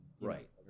Right